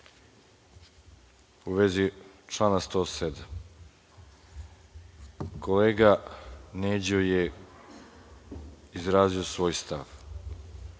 u vezi člana 107.Kolega Neđo je izrazio svoj stav